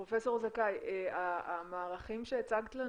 פרופ' זכאי, המערכים שהצגת לנו,